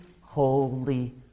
holy